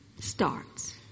starts